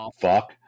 fuck